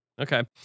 Okay